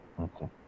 Okay